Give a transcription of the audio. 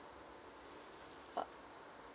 uh